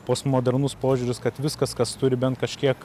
postmodernus požiūris kad viskas kas turi bent kažkiek